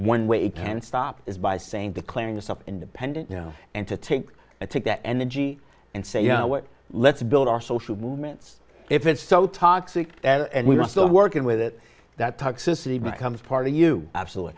one way you can stop is by saying declaring yourself independent and to take it take that energy and say you know what let's build our social movements if it's so toxic and we're still working with it that toxicity becomes part of you absolutely